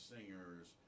Singers